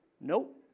Nope